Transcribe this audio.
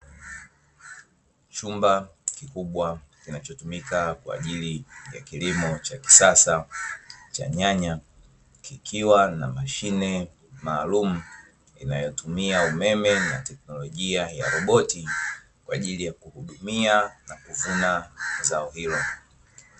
Chumba kikubwa kinachotumika kwaajili ya kilimo cha kisasa, cha nyanya kikiwa na mashine maalumu inayotumia umeme na teknologia ya roboti, kwaajili ya kuhudumia na kuvuna zao hilo .